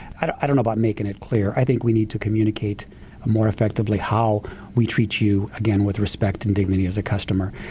i don't i don't know about making it clear. i think we need to communicate more effectively how we treat you with respect and dignity as a customer.